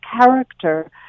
character